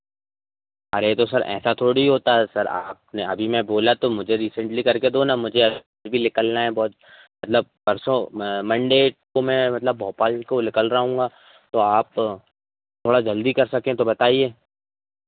अरे तो सर ऐसा थोड़ी होता है सर आपने अभी मैं बोला तो मुझे रिसेंटली करके दो ना मुझे अभी निकलना है बहुत परसों मतलब मंडे को मैं मतलब भोपाल को निकल रहा हूँगा तो आप थोड़ा जल्दी कर सकें तो बताइए